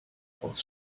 aus